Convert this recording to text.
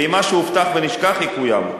ואם משהו הובטח ונשכח, יקוים.